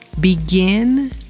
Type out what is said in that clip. Begin